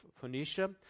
Phoenicia